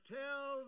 tell